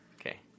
Okay